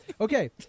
Okay